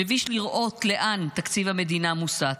מביש לראות לאן תקציב המדינה מוסט,